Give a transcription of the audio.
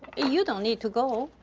you don't need to go.